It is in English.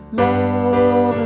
love